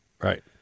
Right